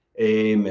amen